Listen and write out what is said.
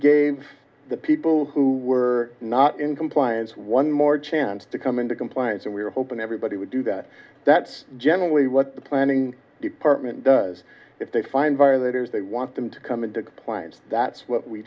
gave the people who were not in compliance one more chance to come into compliance and we were hoping everybody would do that that's generally what the planning department does if they find violators they want them to come into compliance that's what we